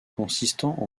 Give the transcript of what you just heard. consistant